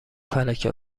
فلکه